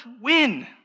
win